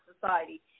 society